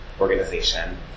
organization